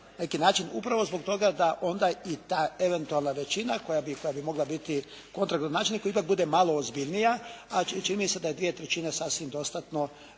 neki način upravo zbog toga da onda i ta eventualna većina koja bi mogla biti kontra gradonačelniku ipak bude malo ozbiljnija ali čini mi se da je dvije trećine sasvim dostatno